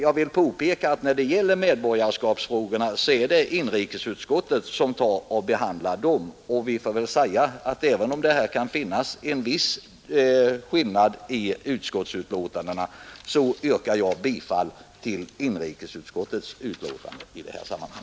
Frågorna om medborgarskap skall dock behandlas av inrikesutskottet. Jag yrkar därför bifall till inrikesutskottets hemställan.